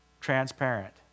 transparent